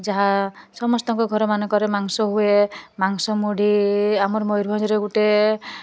ଯାହା ସମସ୍ତଙ୍କ ଘର ମାନଙ୍କରେ ମାଂସ ହୁଏ ମାଂସ ମୁଢ଼ି ଆମର ମୟୁରଭଞ୍ଜରେ ଗୋଟେ